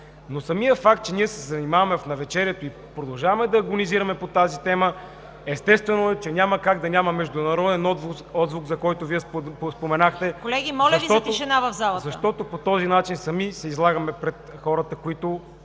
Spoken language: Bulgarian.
но самият факт, че ние се занимаваме в навечерието и продължаваме да агонизираме по тази тема, естествено, че няма как да няма международен отзвук, за който Вие споменахте, защото по този начин сами се излагаме пред хората, които